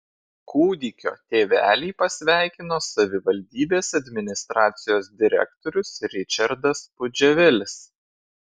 kūdikio tėvelį pasveikino savivaldybės administracijos direktorius ričardas pudževelis